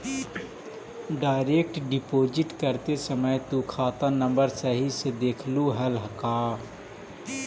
Direct deposit करते समय तु खाता नंबर सही से देखलू हल का?